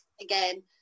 again